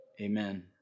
amen